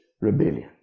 Rebellion